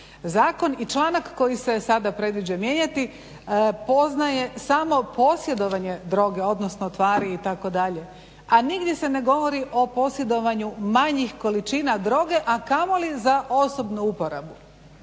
Zakon i članak koji se sada predviđa mijenjati poznaje samo posjedovanje droge, odnosno tvari itd., a nigdje se ne govori o posjedovanju manjih količina droge, a kamoli za osobnu uporabu.